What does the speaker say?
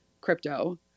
crypto